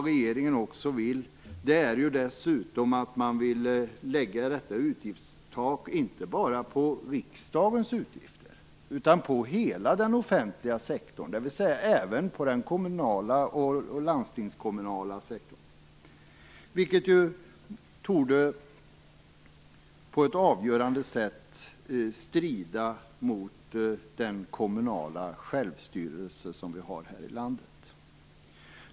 Regeringen föreslår dessutom att detta utgiftstak läggs inte bara på riksdagens utgifter utan på hela den offentliga sektorn, dvs. även på den kommunala och landstingskommunala sektorn. Detta torde på ett avgörande sätt strida mot den kommunala självstyrelse som vi har här i landet.